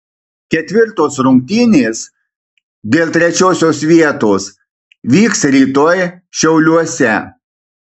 ketvirtos rungtynės dėl trečiosios vietos vyks rytoj šiauliuose